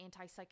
antipsychotic